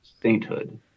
sainthood